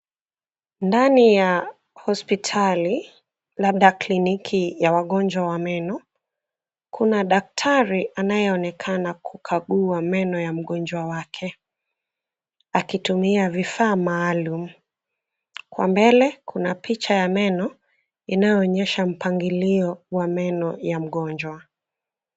Ndani ya hospitali labda kliniki ya wagonjwa wa meno. Kuna daktari anayeonekana kukagua meno ya mgonjwa wake akitumia vifaa maalum. Kwa mbele kuna picha ya meno inayoonyesha mpangilio wa meno ya mgonjwa.